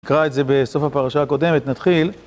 נקרא את זה בסוף הפרשה הקודמת, נתחיל.